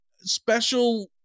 special